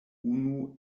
unu